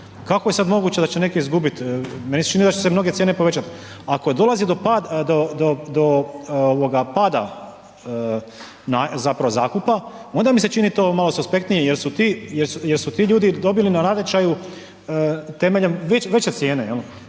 kako je sad moguće da će neki izgubit, meni se čini da će se mnoge cijene povećat, ako dolazi do pada, do, do, do ovoga pada zapravo zakupa onda mi se čini to malo suspektnije jer su ti, jer su ti ljudi dobili na natječaju temeljem veće, veće